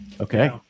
Okay